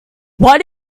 what